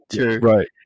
right